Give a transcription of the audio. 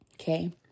Okay